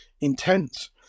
intense